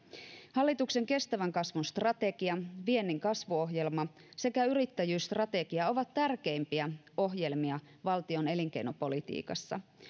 hallituksen kestävän kasvun strategia viennin kasvuohjelma sekä yrittäjyysstrategia ovat tärkeimpiä ohjelmia valtion elinkeinopolitiikassa